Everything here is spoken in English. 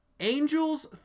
Angels